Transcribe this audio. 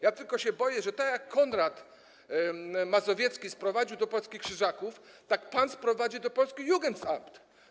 Ja tylko się boję, że tak jak Konrad Mazowiecki sprowadził do Polski Krzyżaków, tak pan sprowadzi do Polski Jugendamt.